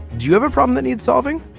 do you have a problem that needs solving.